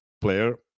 player